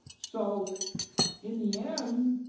so in the end,